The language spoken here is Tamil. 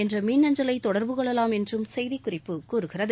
என்ற மின் அஞ்சலை தொடர்பு கொள்ளலாம் என்று செய்திக்குறிப்பு கூறுகிறது